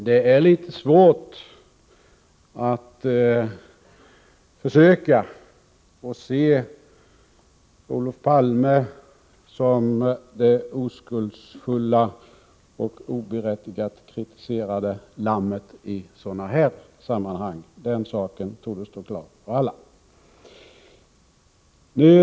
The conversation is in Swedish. Det är litet svårt att försöka se Olof Palme som det oskuldsfulla och oberättigat kritiserade lammet i sådana här sammanhang; den saken torde stå klar för alla.